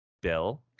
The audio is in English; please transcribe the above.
Bill